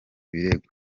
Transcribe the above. birego